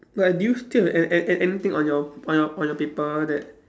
like do you still have an~ an~ anything on your on your on your paper that